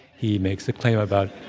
he makes a claim about.